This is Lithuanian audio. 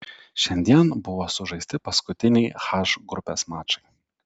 šiandien buvo sužaisti paskutiniai h grupės mačai